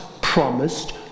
promised